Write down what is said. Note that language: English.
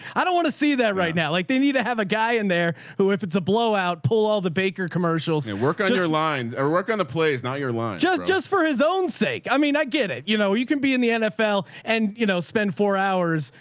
i don't want to see that right now. like they need to have a guy in there who, if it's a blowout, pull all the baker commercials and work on your lines or work on the place, not your lunch, just just for his own sake. i mean, i get it. you know, you can be in the nfl and, you know, spend four hours.